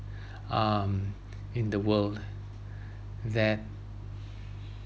um in the world that